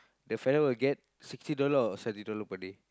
the fella will get sixty dollar or seventy dollar per day